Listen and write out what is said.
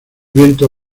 viento